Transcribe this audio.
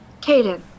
Caden